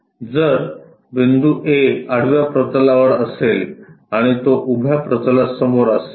जर बिंदू A आडव्या प्रतलावर असेल आणि तो उभ्या प्रतलासमोर असेल